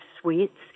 Suites